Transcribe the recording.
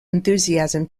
enthusiasm